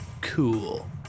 Cool